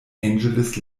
angeles